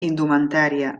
indumentària